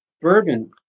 bourbon